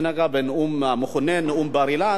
מה שנגע לנאום המכונה "נאום בר-אילן",